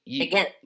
again